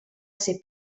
ser